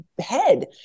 head